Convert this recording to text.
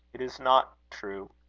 it is not true,